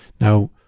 Now